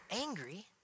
angry